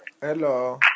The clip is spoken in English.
Hello